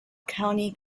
county